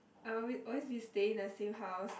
I always always been staying in the same house